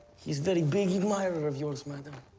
he's very big admirer of yours, madame.